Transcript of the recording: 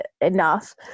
enough